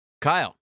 Kyle